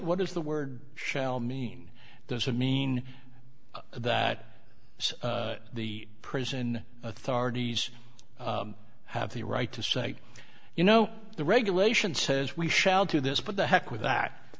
what is the word shall mean doesn't mean that the prison authorities have the right to say you know the regulation says we shall do this but the heck with that